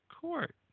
court